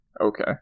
Okay